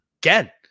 again